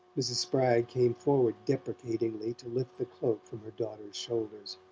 mrs. spragg came forward deprecatingly to lift the cloak from her daughter's shoulders.